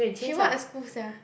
she what school sia